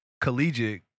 collegiate